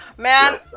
Man